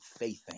faithing